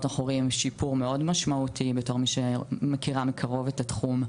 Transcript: אנחנו רואים שיפור מאוד משמעותי בתור מי שמכירה מקרוב את התחום,